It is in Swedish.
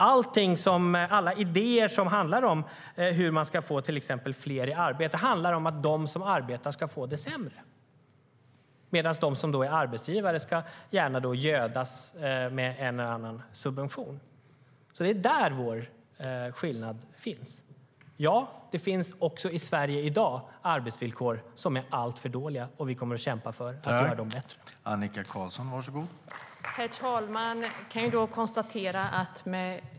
Alla idéer som handlar om hur man ska få till exempel fler i arbete handlar om att de som arbetar ska få det sämre, medan de som är arbetsgivare gärna ska gödas med en eller annan subvention. Det är där som skillnaden mellan oss finns. Ja, det finns också i Sverige i dag arbetsvillkor som är alltför dåliga, och vi kommer att kämpa för att göra dem bättre.